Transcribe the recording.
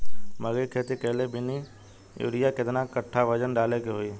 मकई के खेती कैले बनी यूरिया केतना कट्ठावजन डाले के होई?